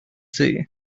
sea